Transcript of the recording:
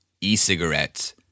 e-cigarettes